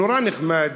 נורא נחמד